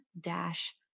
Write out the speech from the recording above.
dash